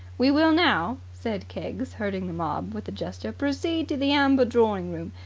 we will now, said keggs, herding the mob with a gesture, proceed to the amber drawing-room,